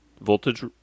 Voltage